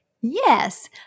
Yes